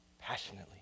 passionately